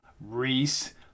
Reese